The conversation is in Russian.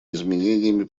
изменениями